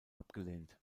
abgelehnt